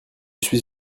suis